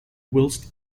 whilst